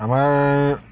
আমাৰ